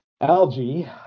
algae